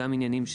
גם של מע"מ,